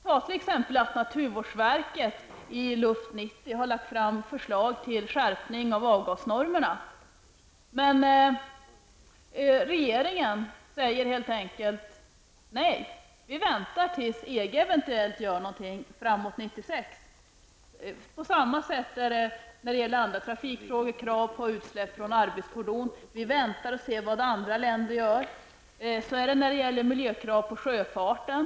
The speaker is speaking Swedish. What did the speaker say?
Naturvårdsverket har t.ex. i Luft 90 lagt fram förslag om en skärpning av avgasnormerna, men regeringen säger helt enkelt nej. Vi väntar tills EG eventuellt gör någonting fram mot 1996, säger man. På samma sätt är det när det gäller andra trafikfrågor, såsom krav beträffande utsläpp från arbetsfordon. ''Vi väntar och ser vad andra länder gör.'' Så är det när det gäller miljökrav inom sjöfarten.